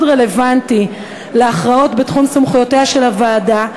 רלוונטי להכרעות בתחום סמכויותיה של הוועדה,